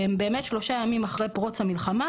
שלושה ימים אחרי פרוץ המלחמה,